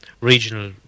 regional